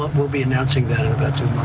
we'll be announcing that in about two